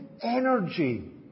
energy